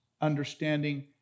understanding